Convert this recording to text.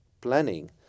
planning